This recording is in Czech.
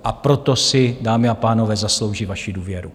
A proto si, dámy a pánové, zaslouží vaši důvěru.